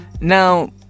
now